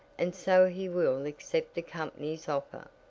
and so he will accept the company's offer.